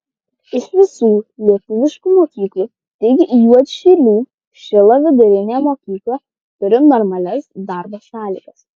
iš visų lietuviškų mokyklų tik juodšilių šilo vidurinė mokykla turi normalias darbo sąlygas